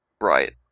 Right